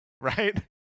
right